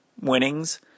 winnings